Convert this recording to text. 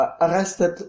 arrested